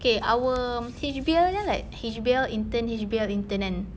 okay our H_B_L kan like H_B_L intern H_B_L intern kan